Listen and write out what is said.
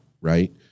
right